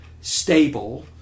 stable